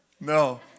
No